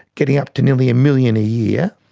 getting up to nearly a million a year,